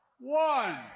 one